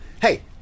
Hey